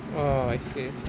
orh I see I see